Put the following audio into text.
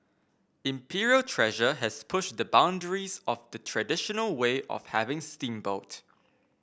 Imperial Treasure has pushed the boundaries of the traditional way of having steamboat